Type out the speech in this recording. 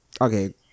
Okay